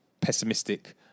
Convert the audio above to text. pessimistic